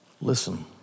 listen